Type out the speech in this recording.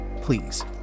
Please